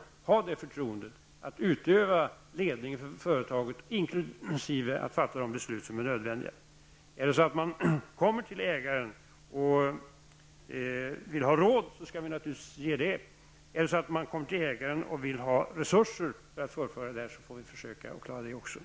skall med förtroende utöva ledningen för företaget. Detta inkluderar också att nödvändiga beslut fattas. Om någon kommer till ägaren och ber om råd, skall vi naturligtvis ge sådana. Och om någon kommer till ägaren och begär resurser för ett fullföljande här, får vi försöka klara det också.